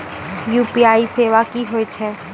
UPI सेवा की होय छै?